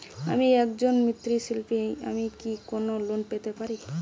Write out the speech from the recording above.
আমি একজন মৃৎ শিল্পী আমি কি কোন লোন পেতে পারি?